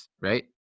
right